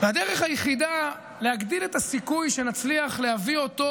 הדרך היחידה להגדיל את הסיכוי שנצליח להביא אותו